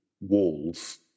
walls